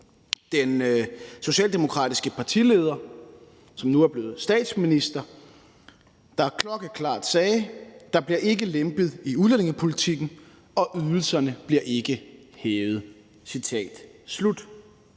den socialdemokratiske partileder, som nu er blevet statsminister, klokkeklart sagde: »Der bliver ikke lempet i udlændingepolitikken. Og ydelserne bliver ikke hævet«.